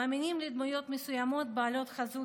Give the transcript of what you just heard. ומאמינים לדמויות מסוימות בעלות חזות